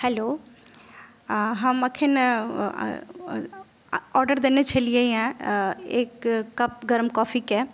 hello हम एखन order देने छलियैए एक कप गरम कॉफीके